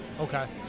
Okay